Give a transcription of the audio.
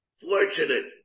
Fortunate